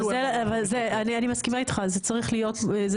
אני מסכימה איתך, זה צריך להיות.